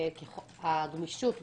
הגמישות,